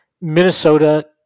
Minnesota